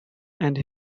and